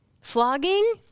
Flogging